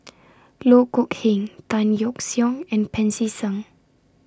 Loh Kok Heng Tan Yeok Seong and Pancy Seng